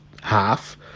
half